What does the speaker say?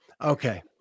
okay